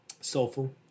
Soulful